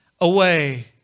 away